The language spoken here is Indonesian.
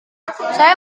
saya